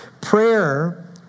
Prayer